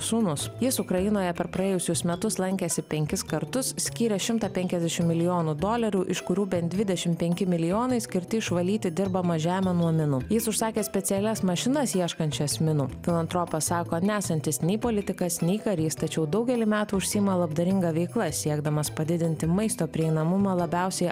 sūnus jis ukrainoje per praėjusius metus lankėsi penkis kartus skyrė šimtą penkiasdešimt milijonų dolerių iš kurių bent dvidešimt penki milijonai skirti išvalyti dirbamą žemę nuo minų jis užsakė specialias mašinas ieškančias minų filantropas sako nesantis nei politikas nei karys tačiau daugelį metų užsiima labdaringa veikla siekdamas padidinti maisto prieinamumą labiausiai